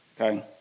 okay